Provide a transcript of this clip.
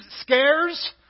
scares